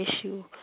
issue